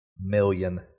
million